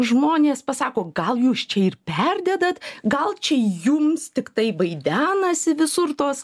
žmonės pasako gal jūs čia ir perdedat gal čia jums tiktai vaidenasi visur tos